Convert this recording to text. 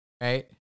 right